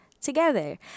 together